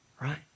right